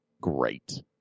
great